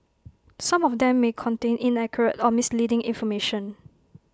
some of them may contain inaccurate or misleading information